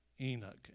Enoch